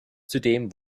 zudem